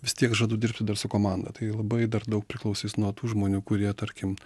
vistiek žadu dirbti dar su komanda tai labai dar daug priklausys nuo tų žmonių kurie tarkim